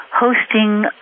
hosting